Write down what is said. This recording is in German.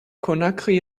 conakry